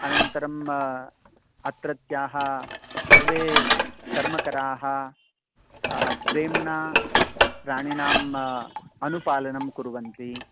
अनन्तरम् अत्रत्याः सर्वे कर्मकराः प्रेम्णा प्राणिनाम् अनुपालनं कुर्वन्ति